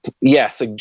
yes